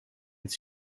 het